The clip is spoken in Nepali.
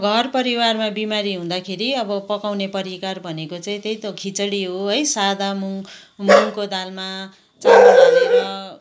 घर परिवारमा बिमारी हुदाँखेरि अब पकाउने परिकार भनेको चाहिँ त्यहि त हो खिचडी हो है सादा मुङ मुङको दालमा चामल हालेर